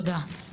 תודה.